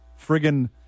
friggin